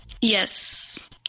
Yes